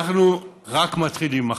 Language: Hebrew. אנחנו רק מתחילים מחר.